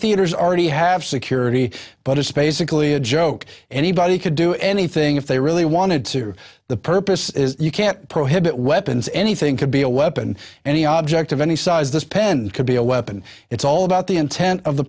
theaters already have security but it's basically a joke anybody could do anything if they really wanted to the purpose you can't prohibit weapons anything could be a weapon any object of any size this pen could be a weapon it's all about the intent of the